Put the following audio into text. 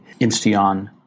Insteon